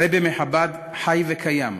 הרעבע מחב"ד חי וקיים.